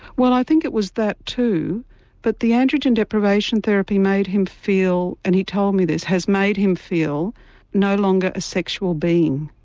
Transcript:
well i think it was that too but the androgen deprivation therapy made him feel, and he told me this, made him feel no longer a sexual being,